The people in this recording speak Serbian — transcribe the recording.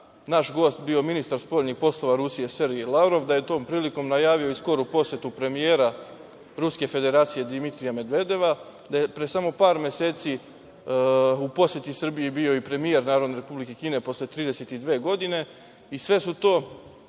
naš gost bio ministar spoljnih poslova Rusije Sergej Lavrov, da je tom prilikom najavio skoru posetu premijera Ruske Federacije Dimitrija Medvedeva, da je pre samo par meseci u poseti Srbiji bio i premijer Republike Kine posle 32 godine i sve su to